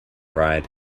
ride